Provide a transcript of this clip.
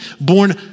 born